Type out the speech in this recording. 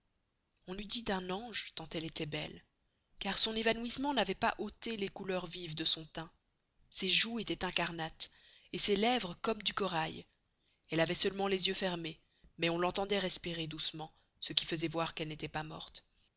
on eût dit d'un ange tant elle estoit belle car son évanouissement n'avoit pas osté les couleurs vives de son teint ses joues estoient incarnates et ses lévres comme du corail elle avoit seulement les yeux fermez mais on l'entendoit respirer doucement ce qui faisoit voir qu'elle n'estoit pas morte